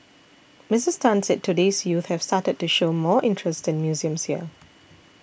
Missus Tan said today's youth have started to show more interest in museums here